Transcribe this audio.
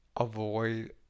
avoid